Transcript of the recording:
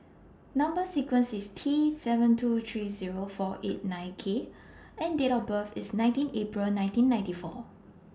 Number sequence IS T seven two three Zero four eight nine K and Date of birth IS nineteen April nineteen ninety four